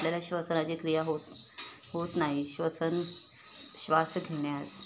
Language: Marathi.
आपल्याला श्वसनाची क्रिया होत होत नाही श्वसन श्वास घेण्यास